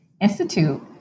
institute